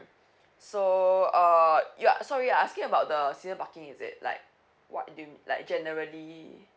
so err you're sorry you're asking about the resident parking is it like what do you like generally